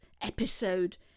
episode